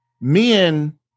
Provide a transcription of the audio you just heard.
men